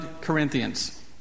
Corinthians